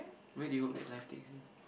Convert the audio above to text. where do you hope that life takes you